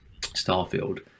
Starfield